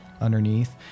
underneath